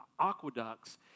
aqueducts